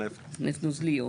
נפט נוזלי.